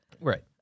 Right